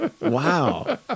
Wow